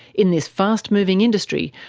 in this fast moving industry,